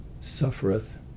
suffereth